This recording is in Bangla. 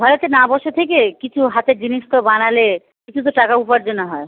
ঘরেতে না বসে থেকে কিছু হাতের জিনিস তো বানালে কিছু তো টাকা উপার্জনা হয়